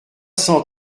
cent